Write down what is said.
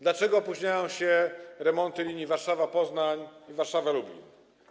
Dlaczego opóźniają się remonty linii Warszawa - Poznań i Warszawa - Lublin?